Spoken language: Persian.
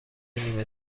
نیمه